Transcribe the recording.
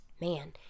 man